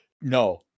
No